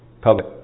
public